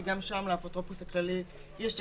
כי גם שם לאפוטרופוס הכללי יש תפקיד.